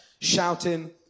Shouting